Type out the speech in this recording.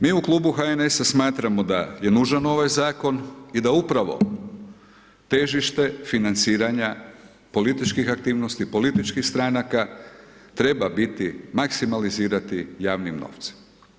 Mi u Klubu HNS-a smatramo da je nužan ovaj Zakon, i da upravo težište financiranja političkih aktivnosti, političkih stranaka, treba biti, maksimalizirati javnim novcem.